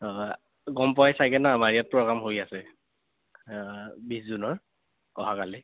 হয় গম পাই চাগে ন আমাৰ ইয়াত প্ৰগ্ৰাম হৈ আছে বিছ জুনৰ অহাকালি